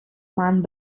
man